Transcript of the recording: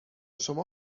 شما